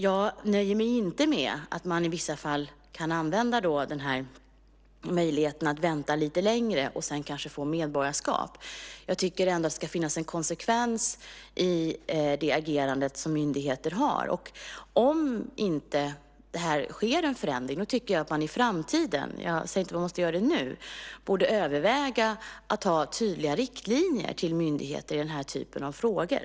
Jag nöjer mig inte med att man i vissa fall kan använda möjligheten att vänta lite längre och sedan kanske få medborgarskap. Jag tycker ändå att det ska finnas en konsekvens i det agerande som myndigheter har. Om det inte sker en förändring, tycker jag att man i framtiden, jag säger inte att man måste göra det nu, borde överväga att ha tydliga riktlinjer till myndigheter i denna typ av frågor.